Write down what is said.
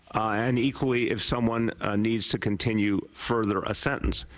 and equally if someone needs to continue further sentence.